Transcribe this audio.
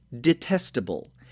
detestable